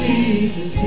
Jesus